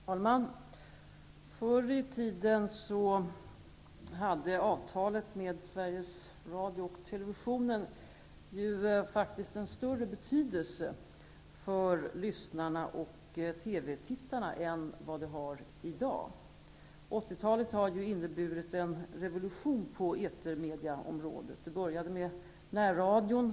Herr talman! Förr i tiden hade avtalet med Sveriges Radio och Television faktiskt en större betydelse för lyssnarna och TV-tittarna än vad det har i dag. 80-talet har inneburit en revolution på etermediaområdet. Det började med närradion.